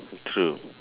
true